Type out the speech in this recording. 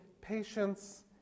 patience